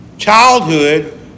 Childhood